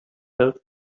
else